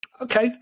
okay